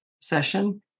session